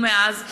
ומאז,